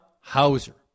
hauser